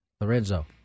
lorenzo